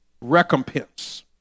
Recompense